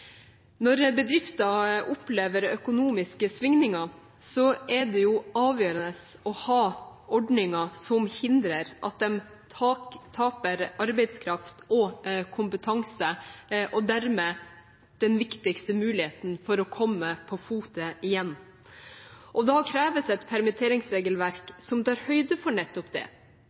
når det kreves. Når bedrifter opplever økonomiske svingninger, er det avgjørende å ha ordninger som hindrer at de taper arbeidskraft og kompetanse og dermed den viktigste muligheten til å komme på fote igjen. Da kreves et